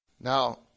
Now